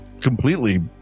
completely